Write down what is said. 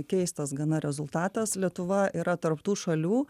keistas gana rezultatas lietuva yra tarp tų šalių